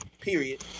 period